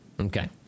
Okay